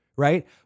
Right